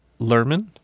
Lerman